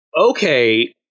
Okay